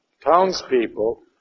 Townspeople